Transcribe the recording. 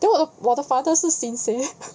因为我的 father 是 sin seh